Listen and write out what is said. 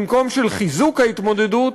במקום של חיזוק ההתמודדות,